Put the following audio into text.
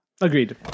agreed